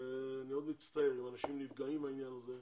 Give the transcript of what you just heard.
אני מצטער אם אנשים נפגעים מהעניין הזה,